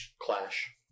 Clash